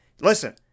Listen